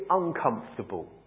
uncomfortable